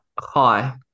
Hi